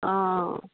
অঁ অঁ